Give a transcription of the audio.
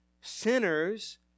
Sinners